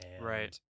right